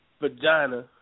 vagina